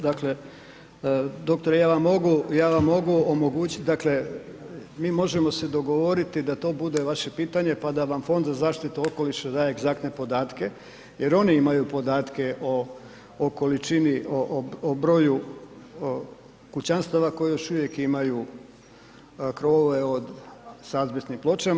Dakle, doktore ja vam mogu, ja vam mogu omogućiti, mi možemo se dogovoriti da to bude vaše pitanje pa da vam Fond za zaštitu okoliša daje egzaktne podatke jer oni imaju podatke o količini, o broju kućanstava koji još uvijek imaju krovove s azbestnim pločama.